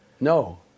No